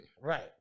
right